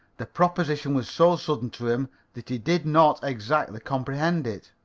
the proposition was so sudden to him that he did not exactly comprehend it.